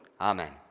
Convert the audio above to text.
Amen